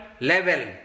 level